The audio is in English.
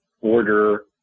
order